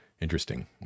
interesting